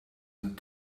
and